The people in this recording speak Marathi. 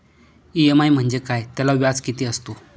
इ.एम.आय म्हणजे काय? त्याला व्याज किती असतो?